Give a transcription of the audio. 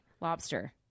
lobster